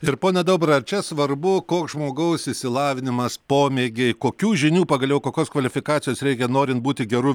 ir pone daubarai ar čia svarbu koks žmogaus išsilavinimas pomėgiai kokių žinių pagaliau kokios kvalifikacijos reikia norint būti geru